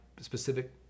specific